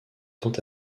tant